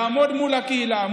לעמוד מול הקהילה,